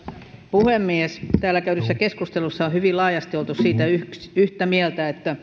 puhemies täällä käydyssä keskustelussa on hyvin laajasti oltu yhtä mieltä siitä että